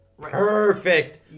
perfect